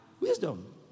Wisdom